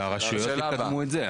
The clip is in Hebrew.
כי הרשויות יקדמו את זה.